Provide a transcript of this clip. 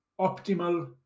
optimal